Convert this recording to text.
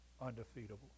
undefeatable